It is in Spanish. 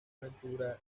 aventura